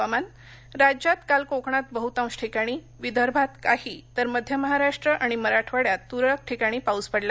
हुवामान राज्यात काल कोकणात बहुतांश ठिकाणी विदर्भात काही तर मध्य महाराष्ट्र आणि मराठवाड्यात तुरळक ठिकाणी पाऊस पडला